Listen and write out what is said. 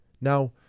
Now